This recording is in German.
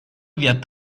wird